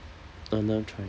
I never try